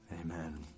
amen